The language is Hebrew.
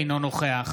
אינו נוכח